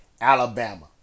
Alabama